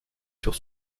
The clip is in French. sur